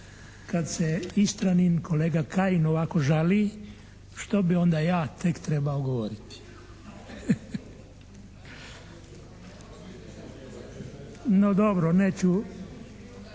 kad se Istranin kolega Kajin ovako žali što bi onda ja tek trebao govoriti. No, dobro. Ja ću